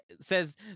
Says